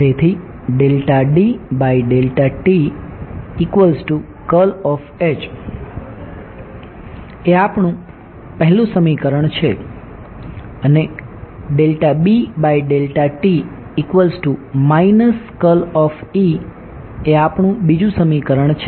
તેથી એ આપણું પહેલું સમીકરણ છે અને એ આપણું બીજું સમીકરણ છે